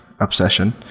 obsession